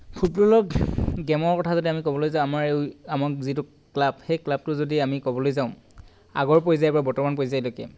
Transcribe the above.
ফুটবলৰ গেমৰ কথা যদি আমি ক'বলৈ যাওঁ আমাৰ এই আমাক যিটো ক্লাব সেই ক্লাবটো যদি আমি ক'বলৈ যাওঁ আগৰ পৰ্যায় বা বৰ্তমান পৰ্যায়লৈকে